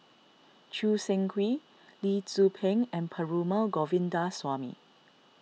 Choo Seng Quee Lee Tzu Pheng and Perumal Govindaswamy